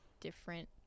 different